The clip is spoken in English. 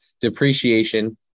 Depreciation